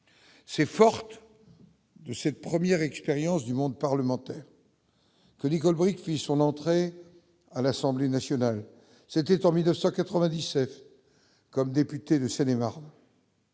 C'est forte de cette première expérience du monde parlementaire que Nicole Bricq fit son entrée à l'Assemblée nationale, c'était en 1997 comme député de Seine-et-Marne.